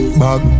bag